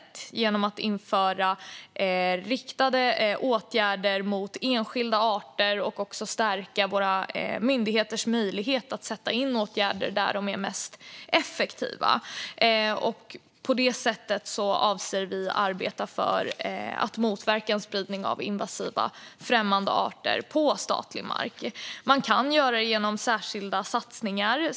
Det gör vi genom att införa riktade åtgärder mot enskilda arter och stärka våra myndigheters möjlighet att sätta in åtgärder där de är mest effektiva. På det sättet avser vi att arbeta för att motverka en spridning av invasiva främmande arter på statlig mark. Man kan göra det genom särskilda satsningar.